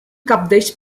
cabdells